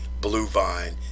Bluevine